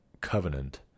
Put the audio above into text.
Covenant